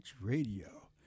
Radio